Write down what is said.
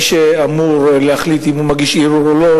מי שאמור להחליט אם הוא מגיש ערעור או לא,